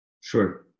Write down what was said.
Sure